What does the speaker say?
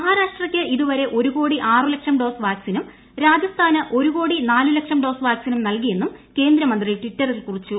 മഹാരാഷ്ട്രയ്ക്ക് ഇതുവരെ ഒരു കോടി ആറുലക്ഷം ഡോസ് വാക്സിനും രാജ്സ്ഥാന് ഒരു കോടി നാലുലക്ഷം ഡോസ് വാക്സിനും നൽകിയെന്നും കേന്ദ്രമന്ത്രി ടിറ്ററിൽ കുറിച്ചു